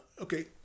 okay